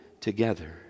together